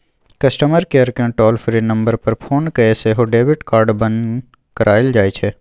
customer केयरकेँ toll free number पर phone कए सेहो डेबिट कार्ड बन्न कराएल जाइ छै